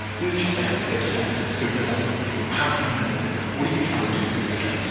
we would shut down. we get defensive. we go, no, that's not true. how do you know? what are you trying to do? etc.